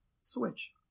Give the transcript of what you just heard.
Switch